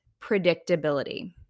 predictability